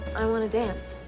i want to dance.